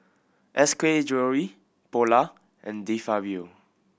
S K Jewellery Polar and De Fabio